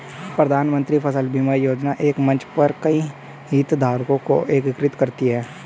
प्रधानमंत्री फसल बीमा योजना एक मंच पर कई हितधारकों को एकीकृत करती है